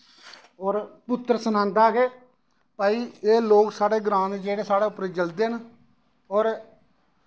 और पुत्तर सनांदा के भाई एह् लोक साढ़े ग्रां दे जेह्ड़े साढ़ै उप्पर जल्दे न और